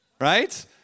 Right